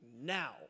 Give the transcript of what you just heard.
now